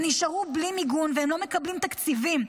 הם נשארו בלי מיגון והם לא מקבלים תקציבים.